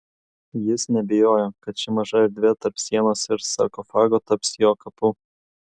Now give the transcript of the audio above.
jis neabejojo kad ši maža erdvė tarp sienos ir sarkofago taps jo kapu